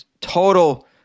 total